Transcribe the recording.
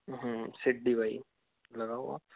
हाँ सीढ़ी वाइज़ लगाओ आप